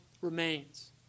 remains